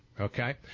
Okay